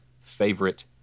favorite